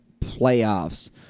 playoffs